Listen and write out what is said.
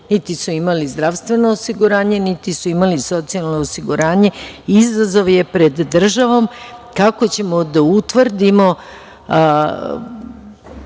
Niti su imali zdravstveno osiguranje, niti su imali socijalno osiguranje. Izazov je pred državom kako ćemo da utvrdimo